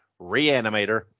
Reanimator